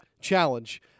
challenge